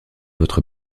votre